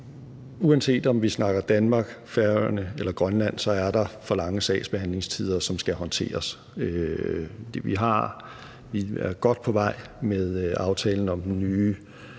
Uanset om vi snakker om Danmark, Færøerne eller Grønland, er der for lange sagsbehandlingstider, som skal håndteres. Vi er godt på vej med den nye